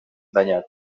danyat